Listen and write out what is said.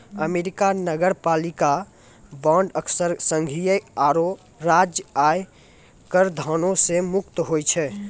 America नगरपालिका bond अक्सर संघीय आरो राज्य आय कराधानो से मुक्त होय छै